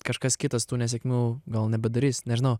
kažkas kitas tų nesėkmių gal nebedarys nežinau